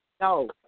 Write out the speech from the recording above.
No